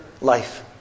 life